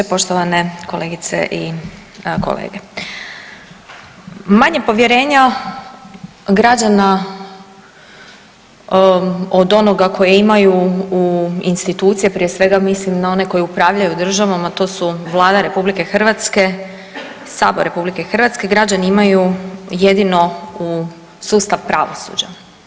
Poštovane kolegice i kolege, manje povjerenja građana od onoga kojega imaju u institucije prije svega mislim na one koji upravljaju državom, a to su Vlada RH, sabor RH, građani imaju jedino u sustav pravosuđa.